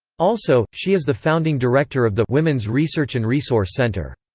also, she is the founding director of the women's research and resource center.